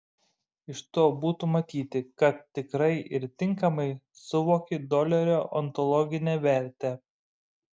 iš to būtų matyti kad tikrai ir tinkamai suvoki dolerio ontologinę vertę